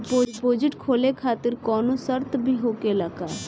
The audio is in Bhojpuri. डिपोजिट खोले खातिर कौनो शर्त भी होखेला का?